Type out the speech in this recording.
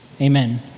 Amen